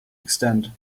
extend